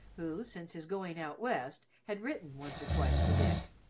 who, since his going out west, had written once or twice to dick.